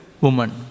woman